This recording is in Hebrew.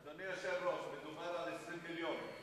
אדוני היושב-ראש, מדובר על 20 מיליון.